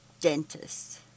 Dentist